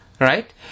Right